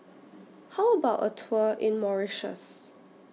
How about A Tour in Mauritius